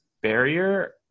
barrier